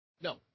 No